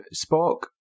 Spock